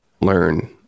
Learn